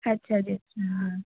ਅੱਛਾ ਜੀ ਅੱਛਾ